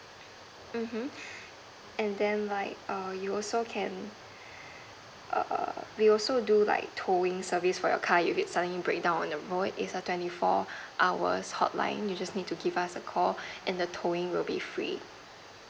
mmhmm and then like err you also can err we also do like towing service for your car if it's suddenly breakdown on the road it's a twenty four hours hotline you just need to give us a call and the towing would be free